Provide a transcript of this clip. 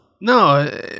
no